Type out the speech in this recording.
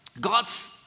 God's